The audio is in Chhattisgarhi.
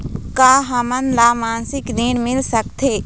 का हमन ला मासिक ऋण मिल सकथे?